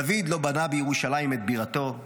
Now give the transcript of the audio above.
דוד לא בנה בירושלים את בירתו,